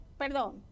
perdón